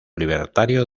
libertario